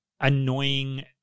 annoying